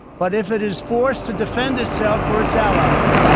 but if it is forced to defend itself or its allies,